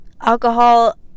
alcohol